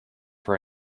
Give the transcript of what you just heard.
for